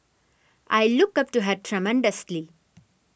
I look up to her tremendously